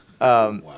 Wow